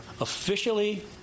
officially